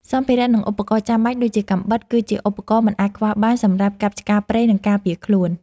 សម្ភារៈ និងឧបករណ៍ចាំបាច់ ដូចជាកាំបិតគឺជាឧបករណ៍មិនអាចខ្វះបានសម្រាប់កាប់ឆ្ការព្រៃ និងការពារខ្លួន។